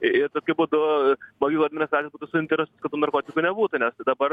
ir tokiu būdu mokyklų administracijos būtų suinteresuotos kad tų narkotikų nebūtų nes dabar